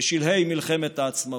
בשלהי מלחמת העצמאות,